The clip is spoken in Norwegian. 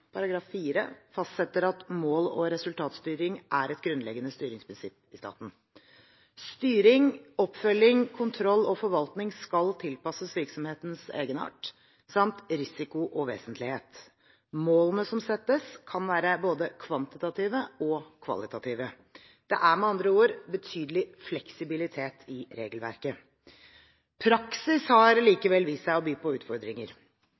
fastsetter at mål- og resultatstyring er et grunnleggende styringsprinsipp i staten. Styring, oppfølging, kontroll og forvaltning skal tilpasses virksomhetens egenart samt risiko og vesentlighet. Målene som settes, kan være både kvantitative og kvalitative. Det er med andre ord betydelig fleksibilitet i regelverket. Praksis har likevel vist seg å by på utfordringer.